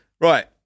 Right